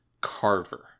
carver